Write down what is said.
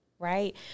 right